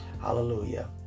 hallelujah